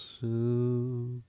soup